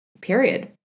Period